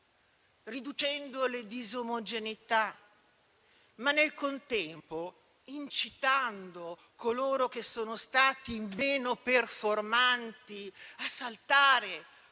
riducendo le disomogeneità, ma nel contempo incitando coloro che sono stati meno performanti a saltare